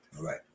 Right